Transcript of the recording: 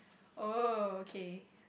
oh okay